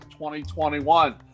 2021